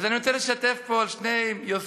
אז אני רוצה לשתף פה בשתי יוזמות